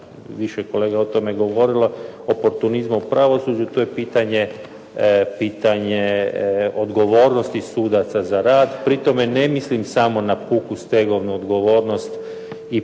više kolega je o tome govorilo, oportunizam u pravosuđu, to je pitanje odgovornosti sudaca za rad. Pri tome ne mislim samo na puku stegovnu odgovornost i potrebu,